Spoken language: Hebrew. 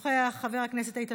חבר הכנסת אברהם נגוסה,